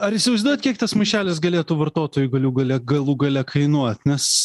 ar įsivaizduojat kiek tas maišelis galėtų vartotojai galių gale galų gale kainuot nes